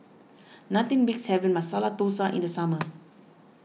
nothing beats having Masala Dosa in the summer